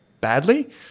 badly